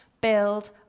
build